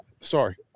Sorry